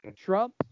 Trump